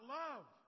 love